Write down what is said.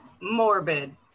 Morbid